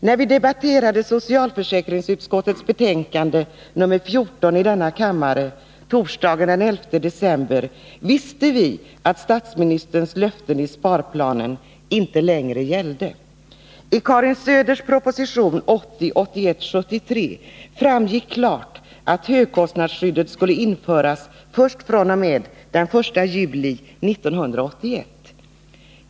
När vi i denna kammare torsdagen den 11 december debatterade socialförsäkringsutskottets betänkande nr 14 visste vi att statsministerns löften i sparplanen inte längre gällde.